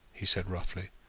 he said roughly.